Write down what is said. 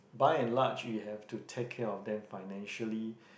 by and large you have to take care of them financially